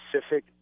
specific